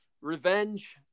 revenge